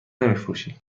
نمیفروشیم